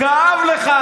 כאב לך.